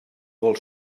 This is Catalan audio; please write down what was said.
vol